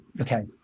okay